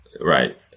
right